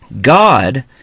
God